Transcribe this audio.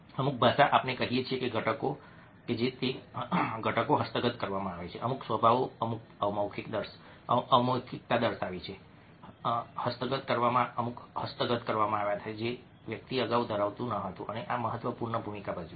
અમુક ભાષા આપણે કહીએ કે ઘટકો હસ્તગત કરવામાં આવે છે અમુક સ્વભાવો અમુક અમૌખિક દર્શાવે છે હસ્તગત કરવામાં આવ્યા છે જે વ્યક્તિ અગાઉ ધરાવતું ન હતું અને આ મહત્વપૂર્ણ ભૂમિકા ભજવે છે